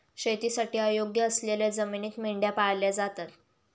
शेतीसाठी अयोग्य असलेल्या जमिनीत मेंढ्या पाळल्या जातात